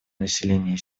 население